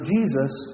Jesus